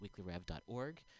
weeklyrev.org